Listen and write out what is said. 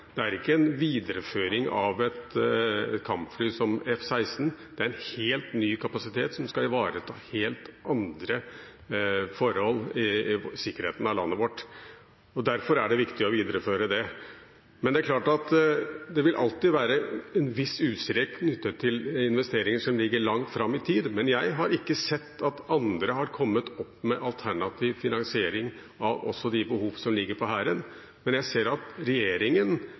Det er ikke en videreføring av et kampfly som F-16. Det er en helt ny kapasitet som skal ivareta helt andre forhold i sikkerheten til landet vårt. Derfor er det viktig å videreføre det. Det er klart at det alltid vil være en viss usikkerhet knyttet til investeringer som ligger langt fram i tid. Jeg har ikke sett at andre har kommet med alternativ finansiering av behovene til Hæren, men jeg ser at regjeringen